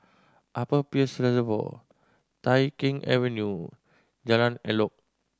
Upper Peirce Reservoir Tai Keng Avenue Jalan Elok